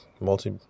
multi